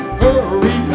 hurry